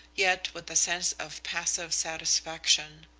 yet with a sense of passive satisfaction.